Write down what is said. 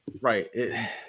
Right